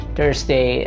Thursday